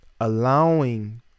allowing